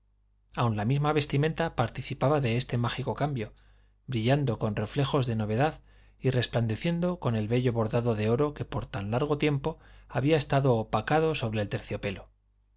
aun la misma vestimenta participaba de este mágico cambio brillando con reflejos de novedad y resplandeciendo con el bello bordado de oro que por tan largo tiempo había estado opacado sobre el terciopelo